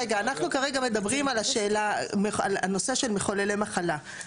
אנחנו כרגע מדברים על הנושא של מחוללי מחלה.